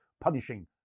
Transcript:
punishing